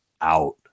out